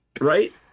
Right